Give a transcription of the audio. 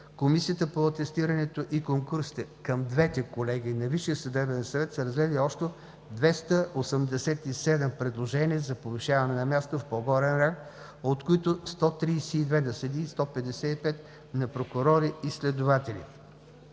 Комисията по атестирането и конкурсите към двете колегии на Висшия съдебен съвет са разгледали общо 287 предложения за повишаване на място в по-горен ранг, от които 132 на съдии и 155 на прокурори и следователи.